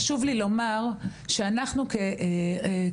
חשוב לי לומר שאנחנו כנסת,